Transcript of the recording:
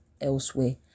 elsewhere